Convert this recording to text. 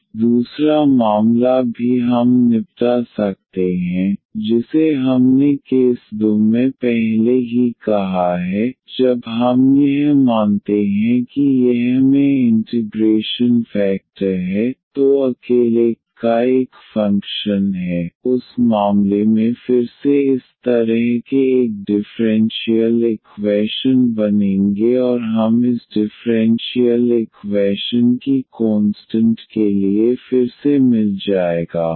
अब दूसरा मामला भी हम निपटा सकते हैं जिसे हमने केस 2 में पहले ही कहा है जब हम यह मानते हैं कि यह मैं इंटिग्रेशन फेकटर है तो अकेले y का एक फंक्शन है उस मामले में फिर से इस तरह के एक डिफ़्रेंशियल इक्वैशन बनेंगे और हम इस डिफ़्रेंशियल इक्वैशन की कोंस्टंट के लिए फिर से मिल जाएगा